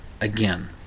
again